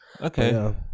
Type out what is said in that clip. Okay